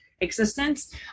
existence